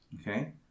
Okay